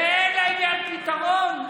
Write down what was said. ואין לעניין פתרון?